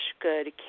good